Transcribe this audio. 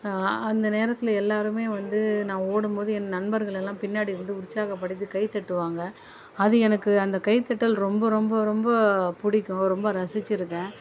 அந்த நேரத்தில் எல்லோருமே வந்து நான் ஓடும் போது என் நண்பர்கள் எல்லாம் பின்னாடி இருந்து உற்சாகப்படுத்தி கைதட்டுவாங்க அது எனக்கு அந்த கைதட்டல் ரொம்ப ரொம்ப ரொம்ப பிடிக்கும் ரொம்ப ரசித்து இருக்கேன்